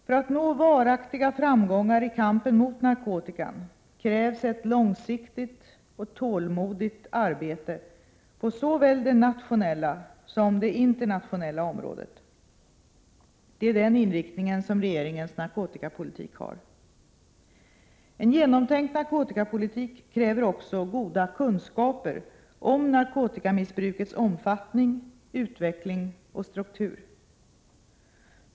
För att nå varaktiga framgångar i kampen mot narkotikan krävs ett långsiktigt och tålmodigt arbete på såväl det nationella som det internationella området. Det är den inriktning som regeringens narkotikapolitik har. En genomtänkt narkotikapolitik kräver också goda kunskaper om narkotikamissbrukets omfattning, utveckling och struktur.